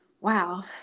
wow